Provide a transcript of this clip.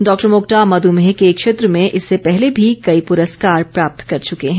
डॉ मोकटा मध्मेह के क्षेत्र में इससे पहले भी कई पुरस्कार प्राप्त कर चुके हैं